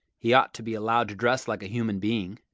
he ought to be allowed to dress like a human being.